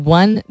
one